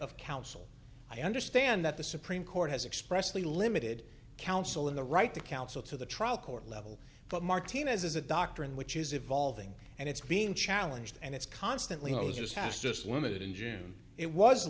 of counsel i understand that the supreme court has expressly limited counsel in the right to counsel to the trial court level but martinez is a doctrine which is evolving and it's being challenged and it's constantly losers has just limited in june it was